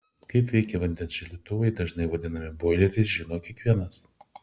kaip veikia vandens šildytuvai dažnai vadinami boileriais žino kiekvienas